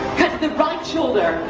the right shoulder,